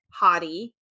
Hottie